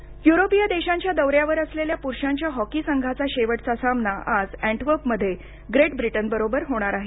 hockey युरोपीय देशांच्या दौऱ्यावर असलेल्या पुरुषांच्या हॉकी संघाचा शेवटचा सामना आज अॅटवर्पमध्ये ग्रेट ब्रिटनबरोबर होणार आहे